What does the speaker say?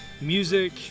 music